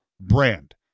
brand